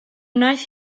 wnaeth